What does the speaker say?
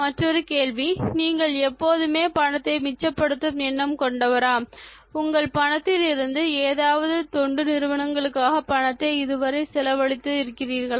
மற்றொரு கேள்வி நீங்கள் எப்போதுமே பணத்தை மிச்சப்படுத்தும் எண்ணம் கொண்டவரா உங்கள் பணத்தில் இருந்து ஏதாவது தொண்டு நிறுவனங்களுக்காக பணத்தை இது வரை செலவழித்து இருக்கிறீர்களா